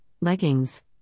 leggings